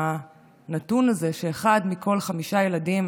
הנתון הזה שאחד מכל חמישה ילדים